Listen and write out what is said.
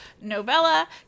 novella